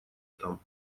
там